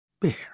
Bear